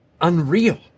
unreal